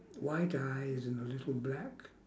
white eyes and a little black